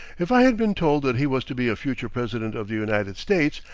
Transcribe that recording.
if i had been told that he was to be a future president of the united states,